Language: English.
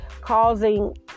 causing